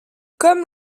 comme